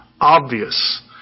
Obvious